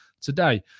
today